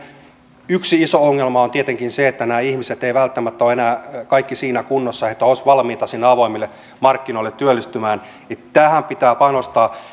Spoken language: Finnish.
pitkäaikaistyöttömyyden yksi iso ongelma on tietenkin se että nämä ihmiset eivät välttämättä enää kaikki ole siinä kunnossa että he olisivat valmiita sinne avoimille markkinoille työllistymään eli tähän pitää panostaa